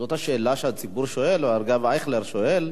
זו השאלה שהציבור שואל, והרב אייכלר שואל.